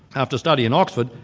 after study in oxford,